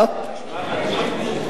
תשובה והצבעה במועד אחר.